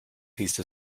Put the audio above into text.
piece